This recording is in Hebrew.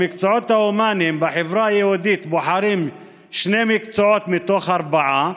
במקצועות ההומניים בחברה היהודית בוחרים שני מקצועות מתוך ארבעה,